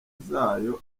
zayo